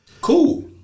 Cool